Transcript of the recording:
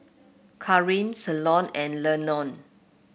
Kareem Ceylon and Lenore